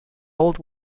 old